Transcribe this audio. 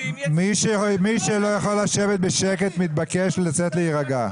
מי שלא יכול לשבת בשקט מתבקש לצאת להירגע.